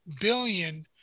billion